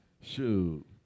Shoot